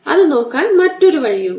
അത് നോക്കാൻ മറ്റൊരു വഴിയുണ്ട്